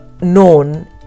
known